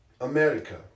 America